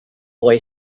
boy